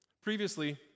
Previously